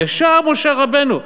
ישר משה רבנו.